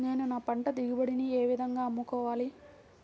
నేను నా పంట దిగుబడిని ఏ విధంగా అమ్ముకోవాలి?